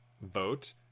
vote